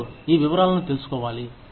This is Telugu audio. ఎవరు ఈ వివరాలను తెలుసుకోవాలి